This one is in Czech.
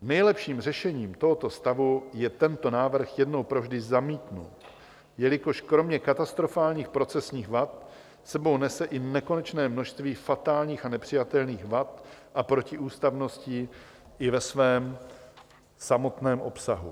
Nejlepším řešením tohoto stavu je tento návrh jednou provždy zamítnout, jelikož kromě katastrofálních procesních vad s sebou nese i nekonečné množství fatálních a nepřijatelných vad a protiústavností i ve svém samotném obsahu.